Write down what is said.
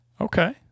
Okay